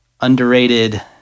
underrated